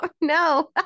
no